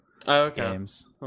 games